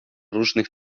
różnych